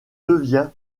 devient